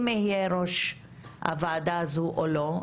אם יהיה ראש הוועדה הזו או לא,